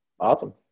Awesome